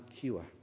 cure